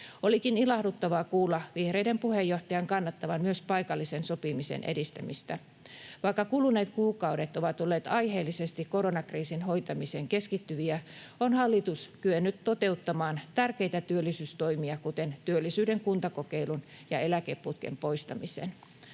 Olikin ilahduttavaa kuulla vihreiden puheenjohtajan kannattavan myös paikallisen sopimisen edistämistä. Vaikka kuluneet kuukaudet ovat olleet aiheellisesti koronakriisin hoitamiseen keskittyviä, on hallitus kyennyt toteuttamaan tärkeitä työllisyystoimia, kuten työllisyyden kuntakokeilun ja eläkeputken poistamisen.